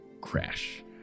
Crash